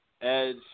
Edge